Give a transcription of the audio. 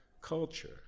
culture